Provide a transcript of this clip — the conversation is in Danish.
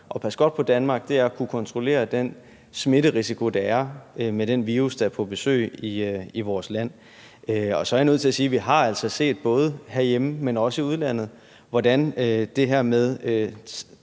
At passe godt på Danmark er at kunne kontrollere den smitterisiko, der er, med den virus, der er på besøg i vores land. Og så er jeg nødt til at sige, at vi altså har set både herhjemme, men også i udlandet, hvordan tæt befolkede